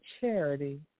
charity